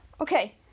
Okay